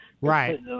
Right